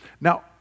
Now